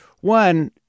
One